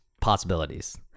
possibilities